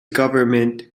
government